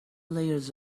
layers